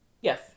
Yes